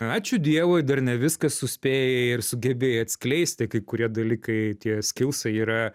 ačiū dievui dar ne viską suspėjai ir sugebėjai atskleisti kai kurie dalykai tie skilsai yra